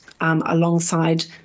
alongside